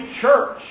church